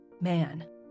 man